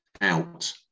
out